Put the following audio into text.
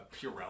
Purell